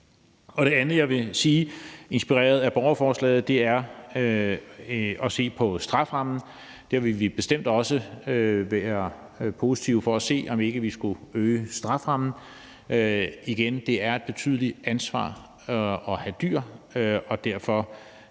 Det andet, jeg vil sige, inspireret af borgerforslaget, vedrører at se på strafferammen. Der vil vi bestemt også være positive over for at se på, om ikke vi skulle øge strafferammen. Igen vil jeg sige, at det er et betydeligt ansvar at have dyr, og derfor